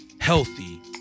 Healthy